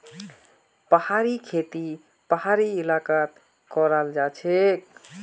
पहाड़ी खेती पहाड़ी इलाकात कराल जाछेक